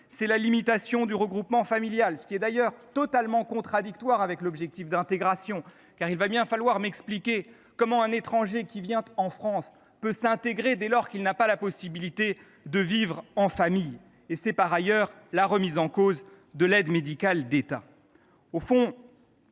droit du sol et du regroupement familial – ce qui est d’ailleurs totalement contradictoire avec l’objectif d’intégration, car il faudra m’expliquer comment un étranger qui vient en France peut s’intégrer, dès lors qu’il n’a pas la possibilité de vivre en famille – et à la remise en cause de l’aide médicale de l’État. Au fond,